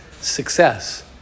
success